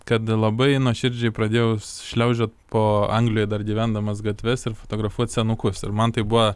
kad labai nuoširdžiai pradėjau šliaužiot po anglijoj dar gyvendamas gatves ir fotografuot senukus ir man tai buvo